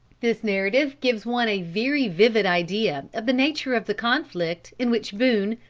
this narrative gives one a very vivid idea of the nature of the conflict in which boone,